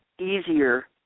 easier